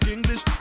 English